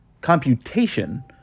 computation